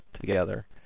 together